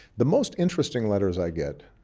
the most interesting letters i get,